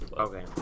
Okay